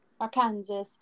Arkansas